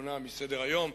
כלשונה מסדר-היום,